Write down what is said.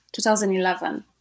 2011